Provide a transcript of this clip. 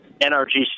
NRG